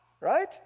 right